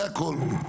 זה הכל.